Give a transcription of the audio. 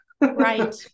Right